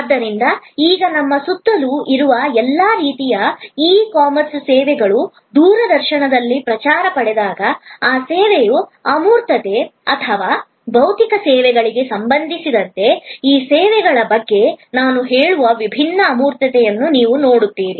ಆದ್ದರಿಂದ ಈಗ ನಮ್ಮ ಸುತ್ತಲೂ ಇರುವ ಎಲ್ಲಾ ರೀತಿಯ ಇ ಕಾಮರ್ಸ್ ಸೇವೆಗಳು ದೂರದರ್ಶನದಲ್ಲಿ ಪ್ರಚಾರ ಪಡೆದಾಗ ಆ ಸೇವೆಯ ಅಮೂರ್ತತೆ ಅಥವಾ ಭೌತಿಕ ಸೇವೆಗಳಿಗೆ ಸಂಬಂಧಿಸಿದಂತೆ ಇ ಸೇವೆಗಳ ಬಗ್ಗೆ ನಾನು ಹೇಳುವ ವಿಭಿನ್ನ ಅಮೂರ್ತತೆಯನ್ನು ನೀವು ನೋಡುತ್ತೀರಿ